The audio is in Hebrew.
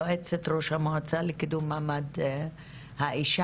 יועצת ראש המועצה לקידום מעמד האישה,